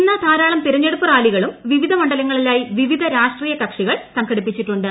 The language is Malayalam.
ഇന്ന് ധാരാളം തെരഞ്ഞെടുപ്പ് റാലികളും വിവിധ മണ്ഡലങ്ങളിലായി വിവിധ രാഷ്ട്രീയ കക്ഷികൾ സംഘടിപ്പിച്ചിട്ടുണ്ട്